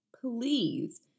Please